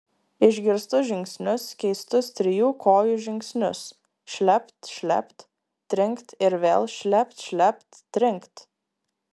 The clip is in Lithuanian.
išgirstu žingsnius keistus trijų kojų žingsnius šlept šlept trinkt ir vėl šlept šlept trinkt